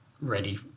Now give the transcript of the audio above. ready